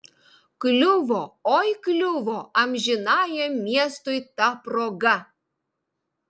kliuvo oi kliuvo amžinajam miestui ta proga